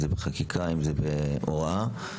חקיקה או הוראה.